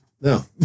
No